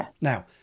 Now